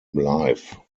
live